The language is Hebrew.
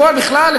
בכלל,